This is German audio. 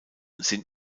sind